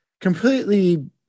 completely